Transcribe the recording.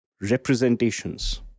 representations